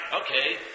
Okay